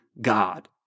God